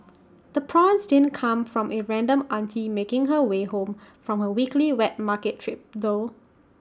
the prawns didn't come from A random auntie making her way home from her weekly wet market trip though